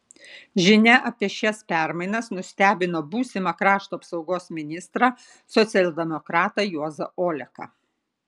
žinia apie šias permainas nustebino būsimą krašto apsaugos ministrą socialdemokratą juozą oleką